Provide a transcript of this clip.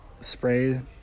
spray